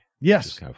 Yes